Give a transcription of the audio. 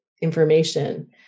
information